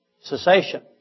cessation